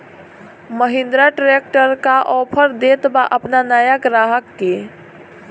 Mahindra tractor का offer देत बा अपना नया ग्राहक के?